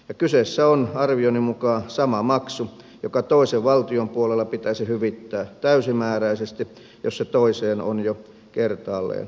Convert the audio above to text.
kyseessä on arvioni mukaan sama maksu joka toisen valtion puolella pitäisi hyvittää täysimääräisesti jos se toiseen on jo kertaalleen maksettu